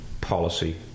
policy